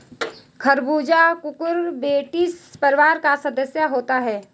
खरबूजा कुकुरबिटेसी परिवार का सदस्य होता है